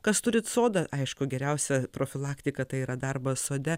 kas turit sodą aišku geriausia profilaktika tai yra darbas sode